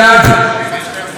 אבל גם ההישג הזה,